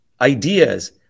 ideas